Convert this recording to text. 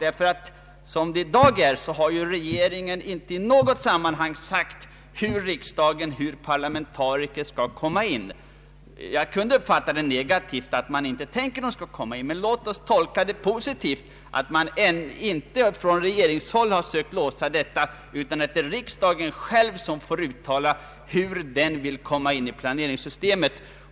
Såsom det i dag är har regeringen inte i något sammanhang förklarat hur riksdagen och parlamentarikerna skall komma in. Jag kunde uppfatta detta negativt, alltså att regeringen inte tänker att riksdagen skall komma in. Men låt oss tolka det positivt, alltså att man från regeringshåll inte har sökt låsa detta utan att riksdagen själv får uttala hur den vill komma in i planeringssystemet.